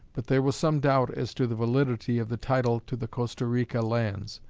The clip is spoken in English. but there was some doubt as to the validity of the title to the costa rica lands,